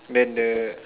then the